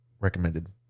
recommended